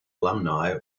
alumni